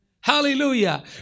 Hallelujah